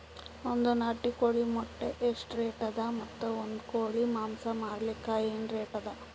ಒಂದ್ ನಾಟಿ ಕೋಳಿ ಮೊಟ್ಟೆ ಎಷ್ಟ ರೇಟ್ ಅದ ಮತ್ತು ಒಂದ್ ಕೋಳಿ ಮಾಂಸ ಮಾರಲಿಕ ಏನ ರೇಟ್ ಅದ?